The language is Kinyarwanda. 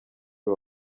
uyu